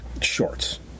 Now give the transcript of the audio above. shorts